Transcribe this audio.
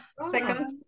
Second